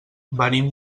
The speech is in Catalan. venim